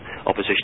opposition